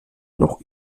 noch